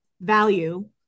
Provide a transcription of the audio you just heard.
value